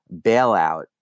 bailout